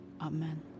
Amen